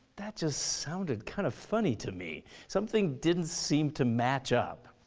that just sounded kind of funny to me. something didn't seem to match up.